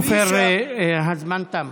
עופר, הזמן תם.